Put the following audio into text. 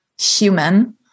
human